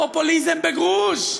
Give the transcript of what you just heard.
פופוליזם בגרוש.